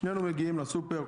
שנינו מגיעים לסופר,